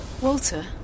Walter